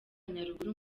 nyaruguru